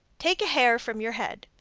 take a hair from your head.